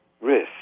risk